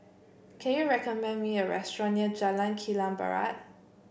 can you recommend me a restaurant near Jalan Kilang Barat